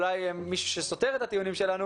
אולי יש מישהו שסותר את הטיעונים שלנו